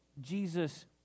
Jesus